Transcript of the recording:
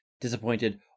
disappointed